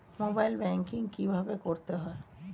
Mobile banking কীভাবে করতে হয়?